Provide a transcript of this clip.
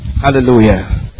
Hallelujah